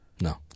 No